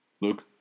Luke